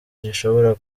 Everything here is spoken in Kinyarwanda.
gishobora